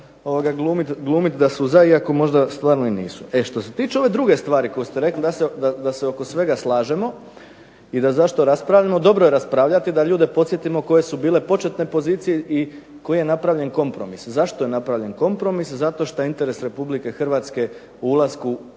glumiti da su za iako stvarno nisu. E što se tiče ove druge stvari koju ste rekli da se oko svega slažemo i da zašto raspravljamo. Dobro je raspravljati, da ljude podsjetimo koje su bile početne pozicije i koji je napravljen kompromis. Zašto je napravljen kompromis? Zato što interes Republike Hrvatske u ulasku